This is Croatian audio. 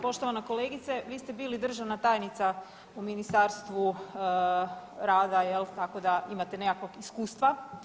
Poštovana kolegice, vi ste bili državna tajnica u Ministarstva rada jel, tako da imate nekakvog iskustva.